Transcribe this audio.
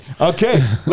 Okay